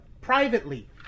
privately